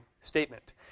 statement